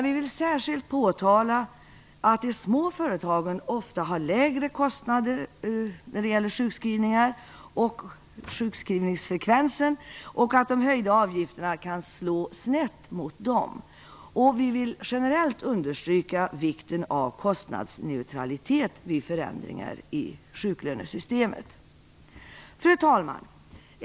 Vi vill dock särskilt påtala att de små företagen ofta har lägre sjukskrivningsfrekvens och att de höjda avgifterna kan slå snett mot dem. Vi vill generellt understryka vikten av kostnadsneutralitet vid förändringar i sjuklönesystemet. Fru talman!